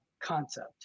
concept